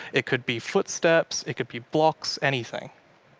it could be footsteps, it could be blocks, anything.